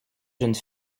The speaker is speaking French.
jeune